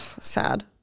sad